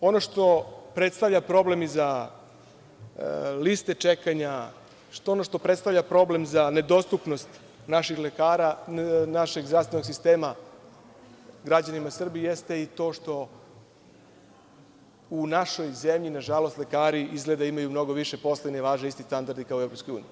Dalje, ono što predstavlja problem i za liste čekanja, ono što predstavlja problem za nedostupnost naših lekara, našeg zdravstvenog sistema građanima Srbije jeste to što u našoj zemlji lekari izgleda imaju mnogo više posla, ne važe isti standardi kao u EU.